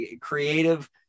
creative